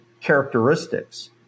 characteristics